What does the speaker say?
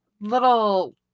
little